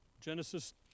Genesis